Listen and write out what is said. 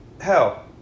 hell